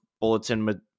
bulletin